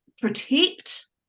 protect